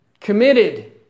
committed